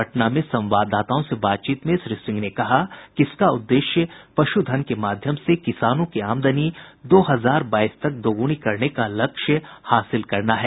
पटना में संवाददाताओं से बातचीत में श्री सिंह ने कहा कि इसका उद्देश्य पश् धन के माध्यम से किसानों की आमदनी दो हजार बाईस तक दोगुनी करने का लक्ष्य हासिल करना है